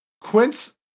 Quince